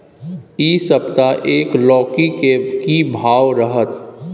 इ सप्ताह एक लौकी के की भाव रहत?